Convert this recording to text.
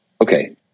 okay